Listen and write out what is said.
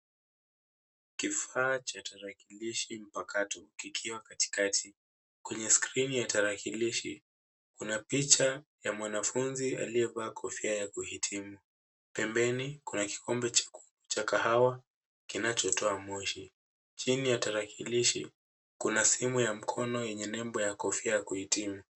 Kifaa cha tarakilishi mpakato kikiwa katikati. Kwenye skrini ya tarakilishi kuna picha ya mwanafunzi aliyevaa kofia ya kuhitimu. Pembeni kuna kikombe cha kahawa kinachotoa moshi. Chini ya tarakilishi kuna simu ya mkono yenye nembo ya kofia ya kuhitimu.